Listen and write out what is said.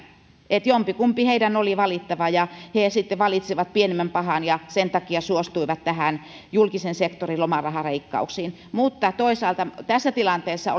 että jompikumpi heidän oli valittava ja he sitten valitsivat pienemmän pahan ja sen takia suostuivat näihin julkisen sektorin lomarahaleikkauksiin mutta toisaalta tässä tilanteessa